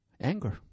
anger